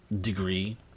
degree